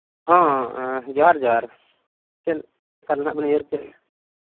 ᱦᱚᱸ ᱡᱚᱦᱟᱨ ᱡᱚᱦᱟᱨ ᱪᱮᱫ ᱞᱮᱠᱟ ᱱᱟᱜ ᱵᱮᱱ ᱩᱭᱦᱟᱹᱨᱮ ᱠᱮᱫᱟ